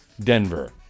Denver